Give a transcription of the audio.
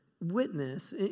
witness